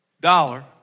dollar